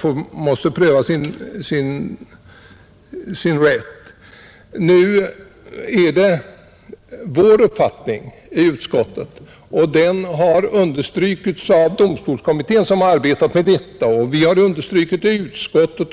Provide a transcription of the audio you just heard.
Det bör observeras att springan finns också i departementschefens förslag, där den är rubricerad såsom ”synnerliga skäl”, men reservanterna vill göra den bredare med beteckningen ”särskilda skäl”. Det är utskottets uppfattning, understruken av domstolskommittén som har arbetat med detta, och även understruken